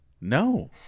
No